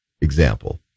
example